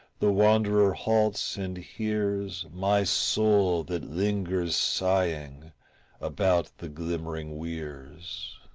the wanderer halts and hears my soul that lingers sighing about the glimmering weirs.